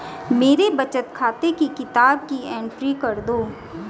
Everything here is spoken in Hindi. मेरे बचत खाते की किताब की एंट्री कर दो?